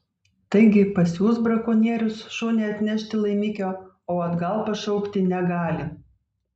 taigi pasiųs brakonierius šunį atnešti laimikio o atgal pašaukti negali